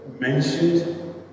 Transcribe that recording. Mentioned